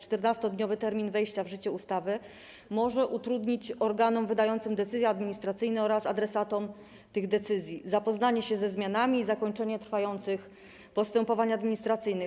14-dniowy termin wejścia w życie ustawy może utrudnić organom wydającym decyzje administracyjne oraz adresatom tych decyzji zapoznanie się ze zmianami i zakończenie trwających postępowań administracyjnych.